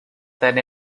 than